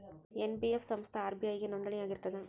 NBF ಸಂಸ್ಥಾ RBI ಗೆ ನೋಂದಣಿ ಆಗಿರ್ತದಾ?